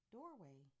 Doorway